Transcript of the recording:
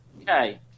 okay